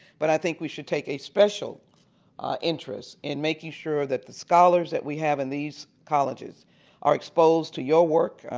but i think we should take a special interest in making sure that the scholars that we have in these colleges are exposed to your work.